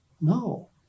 no